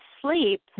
sleep